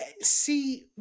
see